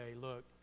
Look